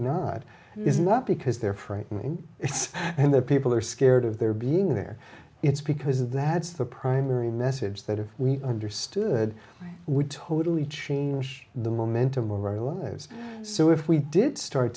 not is not because they're frightening and the people are scared of their being there it's because that's the primary message that if we understood we totally change the momentum of our lives so if we did start